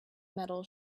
metal